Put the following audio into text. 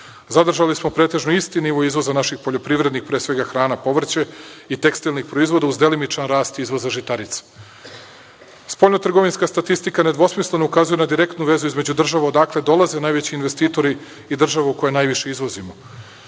Zadržali smo pretežno isti nivo izvoza naših poljoprivrednih, pre svega hrana, povrće, i tekstilnih proizvoda uz delimičan rast izvoza žitarica. Spoljno-trgovinska statistika nedvosmisleno ukazuje na direktnu vezu između država odakle dolaze najveći investitori i država u koje najviše izvozimo.